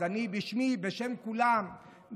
אז בשמי ובשם כולם,